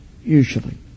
usually